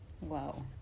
wow